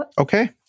okay